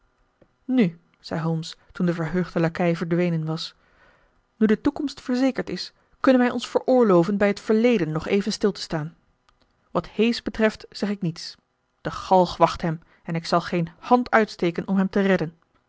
nu zei holmes toen de verheugde lakei verdwenen was nu de toekomst verzekerd is kunnen wij ons veroorloven bij het verleden nog even stil te staan wat hayes betreft zeg ik niets de galg wacht hem en ik zal geen hand uitsteken om hem te redden